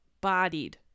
bodied